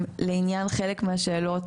לעניין חלק מהשאלות,